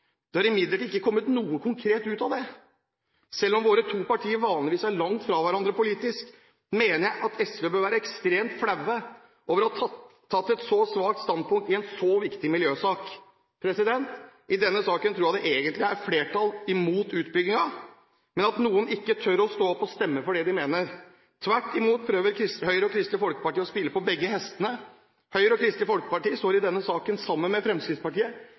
Det har imidlertid ikke kommet noe konkret ut av det. Selv om våre to partier vanligvis er langt fra hverandre politisk, mener jeg at SV bør være ekstremt flau over å ha tatt et så svakt standpunkt i en så viktig miljøsak. I denne saken tror jeg det egentlig er flertall mot utbyggingen, men at noen ikke tør stå opp og stemme for det de mener. Tvert imot prøver Høyre og Kristelig Folkeparti å spille på to hester. Høyre og Kristelig Folkeparti står i denne saken sammen med Fremskrittspartiet